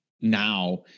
now